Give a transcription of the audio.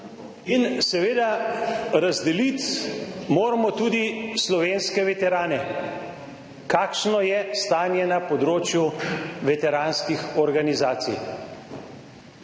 In seveda, razdeliti moramo tudi slovenske veterane. Kakšno je stanje na področju veteranskih organizacij?